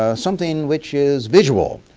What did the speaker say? ah something which is visual.